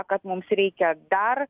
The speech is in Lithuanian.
kad mums reikia dar